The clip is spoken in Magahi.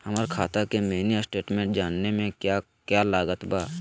हमरा खाता के मिनी स्टेटमेंट जानने के क्या क्या लागत बा?